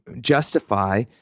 justify